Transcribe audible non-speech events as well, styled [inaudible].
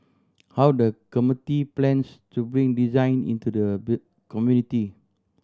how the committee plans to bring design into the [unintelligible] community